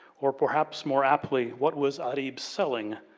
or perhaps, more aptly what was ah-reeb selling,